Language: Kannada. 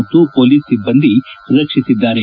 ಮತ್ತು ಪೊಲೀಸ್ ಸಿಬ್ಬಂದಿ ರಕ್ಷಿಸಿದ್ದಾರೆ